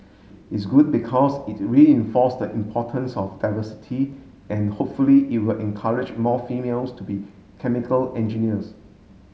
it's good because it reinforced the importance of diversity and hopefully it will encourage more females to be chemical engineers